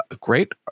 great